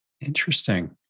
Interesting